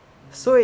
mm